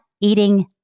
eating